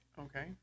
Okay